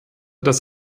dass